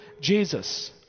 Jesus